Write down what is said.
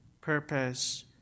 purpose